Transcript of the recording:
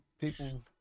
people